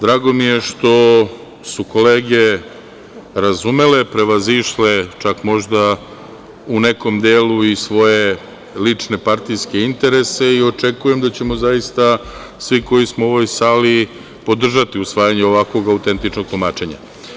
Drago mi je što su kolege razumele, prevazišle, čak možda u nekom delu i svoje lične partijske interese i očekujem da ćemo zaista svi koji smo u ovoj sali podržati usvajanje ovakvog autentičnog tumačenja.